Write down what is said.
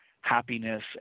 happiness